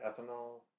ethanol